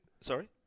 Sorry